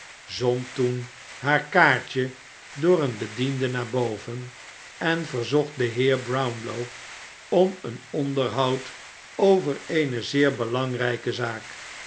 zond toen haar kaartje door een bediende naar boven en verzocht den heer brownlow om een onderhoud over eene zeer belangrijke zaak